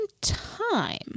time